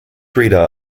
reader